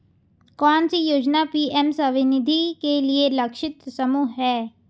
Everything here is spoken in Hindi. कौन सी योजना पी.एम स्वानिधि के लिए लक्षित समूह है?